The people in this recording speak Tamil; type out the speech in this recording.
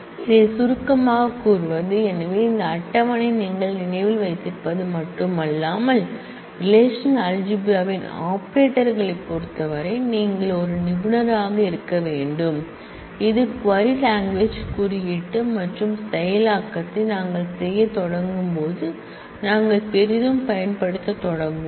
இதைச் சுருக்கமாகக் கூறுவது எனவே இந்த டேபிள் நீங்கள் நினைவில் வைத்திருப்பது மட்டுமல்லாமல் ரெலேஷனல் அல்ஜிப்ரா ன் ஆபரேட்டர்களைப் பொறுத்தவரை நீங்கள் ஒரு நிபுணராக மாற வேண்டும் இது க்வரி லாங்குவேஜ் குறியீட்டு மற்றும் செயலாக்கத்தை நாங்கள் செய்யத் தொடங்கும்போது நாங்கள் பெரிதும் பயன்படுத்தத் தொடங்குவோம்